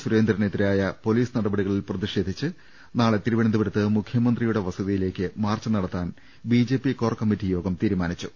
സുരേന്ദ്രനെതിരായ police നടപടികളിൽ പ്രതിഷേധിച്ച് നാളെ തിരുവനന്തപുരത്ത് മുഖ്യമന്ത്രിയുടെ വസതിയിലേക്ക് മാർച്ച് നടത്താൻ ബിജെപി കോർ കമ്മറ്റി യോഗം തീരുമാനിച്ചു